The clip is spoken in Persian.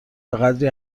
بهقدری